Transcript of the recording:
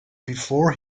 before